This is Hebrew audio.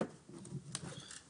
בבקשה.